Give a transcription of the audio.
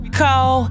call